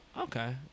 Okay